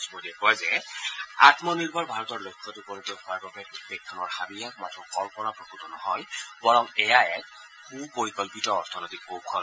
শ্ৰী মোদীয়ে কয় যে আমনিৰ্ভৰ ভাৰতৰ লক্ষ্যত উপনীত হোৱাৰ বাবে দেশখনৰ হাবিয়াস মাৰ্থো কল্পনাপ্ৰসৃত নহয় বৰং এয়া এক সুপৰিকল্পিত অৰ্থনৈতিক কৌশল